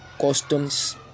customs